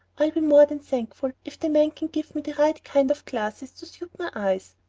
i'll be more than thankful if the man can give me the right kind of glasses to suit my eyes.